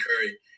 Curry